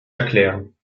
erklären